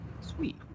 Sweet